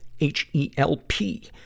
H-E-L-P